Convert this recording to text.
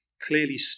clearly